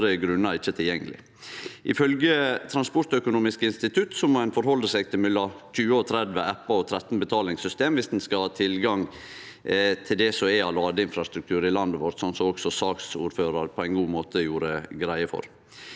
Ifølgje Transportøkonomisk institutt må ein forhalde seg til mellom 20 og 30 appar og 13 betalingssystem dersom ein skal ha tilgang til det som er av ladeinfrastruktur i landet vårt, slik saksordføraren på ein god måte gjorde greie for.